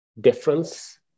difference